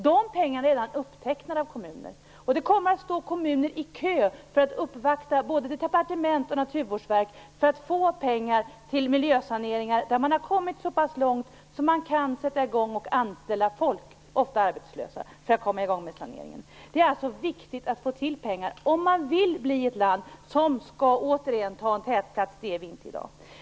Dessa pengar är redan intecknade av olika kommuner. Kommunerna kommer att stå i kö för att uppvakta både departementet och Naturvårdsverket för att få pengar till miljösanering. Det gäller de kommuner där man har kommit så långt att man kan börja att anställa folk - ofta arbetslösa - för att komma i gång med saneringen. Det är alltså viktigt att skjuta till pengar, om man vill att Sverige skall bli ett land som återigen skall inta en tätplats.